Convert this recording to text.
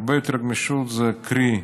הרבה יותר גמישות, קרי,